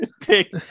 pick